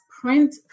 print